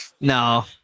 No